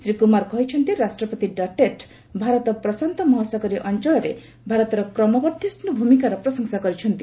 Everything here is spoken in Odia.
ଶ୍ରୀ କୁମାର କହିଛନ୍ତି ରାଷ୍ଟ୍ରପତି ଡଟେର୍ଟ ଭାରତ ପ୍ରଶାନ୍ତ ମହାସାଗରୀୟ ଅଞ୍ଚଳରେ ଭାରତର କ୍ରମବର୍ଦ୍ଧିଷ୍ଟୁ ଭୂମିକାର ପ୍ରଶଂସା କରିଛନ୍ତି